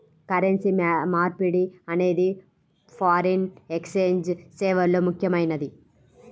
currency మార్పిడి అనేది foreign exchange సేవల్లో ముఖ్యమైనది